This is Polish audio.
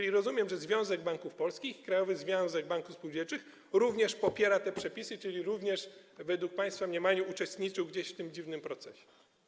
Jak rozumiem, Związek Banków Polskich i Krajowy Związek Banków Spółdzielczych również popiera te przepisy, czyli również według państwa mniemania uczestniczył gdzieś w tym dziwnym procesie.